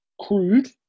crude